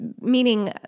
meaning